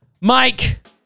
Mike